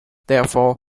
therefore